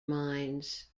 mines